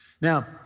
Now